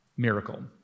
Miracle